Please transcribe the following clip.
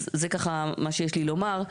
אז זה ככה מה שיש לי לומר,